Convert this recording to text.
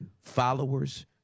Followers